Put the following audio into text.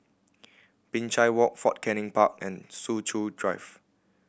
Binchang Walk Fort Canning Park and Soo Chow Drive